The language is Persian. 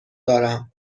دارم